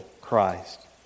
Christ